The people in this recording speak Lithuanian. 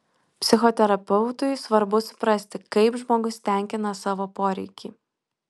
psichoterapeutui svarbu suprasti kaip žmogus tenkina savo poreikį